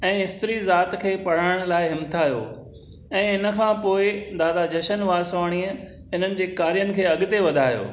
ऐं स्त्री जाति खे पढ़ाइण लाइ हिमथायो ऐं हिन खां पोइ दादा जशन वासवाणीअ हिननि जे कार्यनि खे अॻिते वधायो